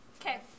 Okay